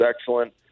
excellent